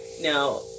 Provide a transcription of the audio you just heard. now